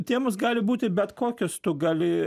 temos gali būti bet kokius tu gali